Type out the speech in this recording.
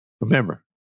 Remember